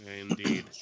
Indeed